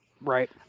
Right